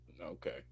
Okay